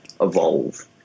evolve